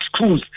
schools